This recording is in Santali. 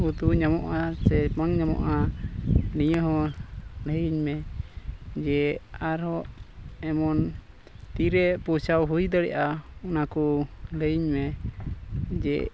ᱩᱛᱩ ᱧᱟᱢᱚᱜᱼᱟ ᱥᱮ ᱵᱟᱝ ᱧᱟᱢᱚᱜᱼᱟ ᱱᱤᱭᱟᱹ ᱦᱚᱸ ᱞᱟᱹᱭᱟᱹᱧ ᱢᱮ ᱡᱮ ᱟᱨᱦᱚᱸ ᱮᱢᱚᱱ ᱛᱤᱨᱮ ᱯᱚᱭᱥᱟ ᱦᱩᱭ ᱫᱟᱲᱮᱭᱟᱜᱼᱟ ᱚᱱᱟ ᱠᱚ ᱞᱟᱹᱭᱟᱹᱧ ᱢᱮ ᱡᱮ